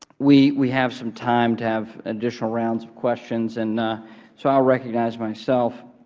we we have some time to have additional rounds of questions, and so i will recognize myself.